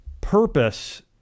purpose